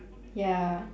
ya